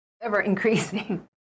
ever-increasing